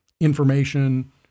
information